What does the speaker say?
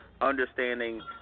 Understanding